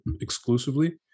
exclusively